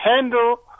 handle